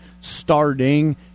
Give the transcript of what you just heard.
starting